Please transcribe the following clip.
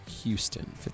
Houston